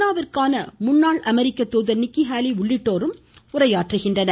நாவுக்கான முன்னாள் அமெரிக்க தூதர் நிக்கி ஹேலி உள்ளிட்டோரும் உரையாற்றுகின்றனர்